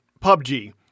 PUBG